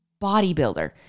bodybuilder